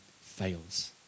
fails